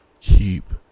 keep